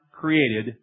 created